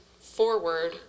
forward